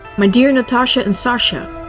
my dear natasha and sasha!